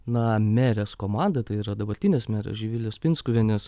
na merės komanda tai yra dabartinės merės živilės pinskuvienės